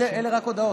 אלו רק הודעות.